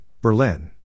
Berlin